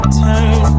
turn